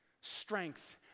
Strength